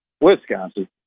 Wisconsin